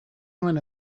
nuen